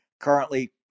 currently